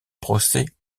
procès